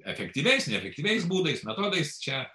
efektyviai neefektyviais būdais metodais čia